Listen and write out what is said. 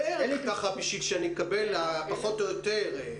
בערך כדי שאקבל פחות או יותר תמונה,